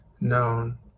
known